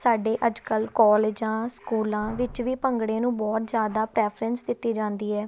ਸਾਡੇ ਅੱਜ ਕੱਲ੍ਹ ਕੋਲਜਾਂ ਸਕੂਲਾਂ ਵਿੱਚ ਵੀ ਭੰਗੜੇ ਨੂੰ ਬਹੁਤ ਜ਼ਿਆਦਾ ਪ੍ਰੈਫਰੈਂਸ ਦਿੱਤੀ ਜਾਂਦੀ ਹੈ